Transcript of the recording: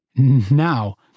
Now